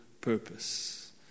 purpose